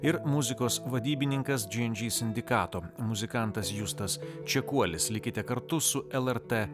ir muzikos vadybininkas džy en džy sindikato muzikantas justas čekuolis likite kartu su lrt